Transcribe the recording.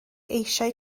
eisiau